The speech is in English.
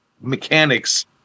mechanics